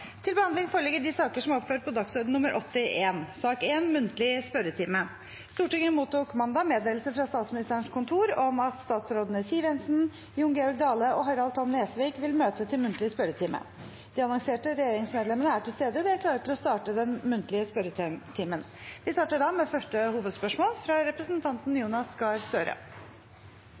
Stortinget mottok mandag meddelelse fra Statsministerens kontor om at statsrådene Siv Jensen, Jon Georg Dale og Harald T. Nesvik vil møte til muntlig spørretime. De annonserte regjeringsmedlemmene er til stede, og vi er klare til å starte den muntlige spørretimen. Vi starter da med første hovedspørsmål, fra representanten Jonas Gahr Støre.